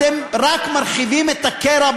אתם רק מרחיבים את הקרע,